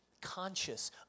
conscious